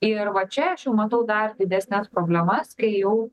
ir va čia aš jau matau dar didesnes problemas kai jau